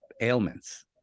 ailments